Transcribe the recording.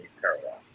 parallel